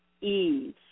ease